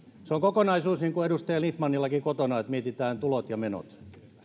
se on kokonaisuus niin kuin edustaja lindtmanillakin kotona että mietitään tulot ja menot